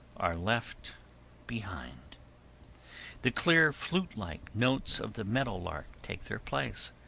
are left behind the clear flutelike notes of the meadow lark take their place,